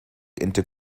into